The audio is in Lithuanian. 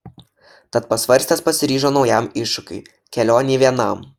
tad pasvarstęs pasiryžo naujam iššūkiui kelionei vienam